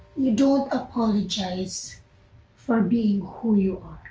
you don't apologize for being who you